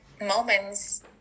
moments